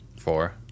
four